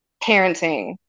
parenting